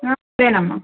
సరేనమ్మా